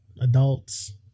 adults